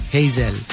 Hazel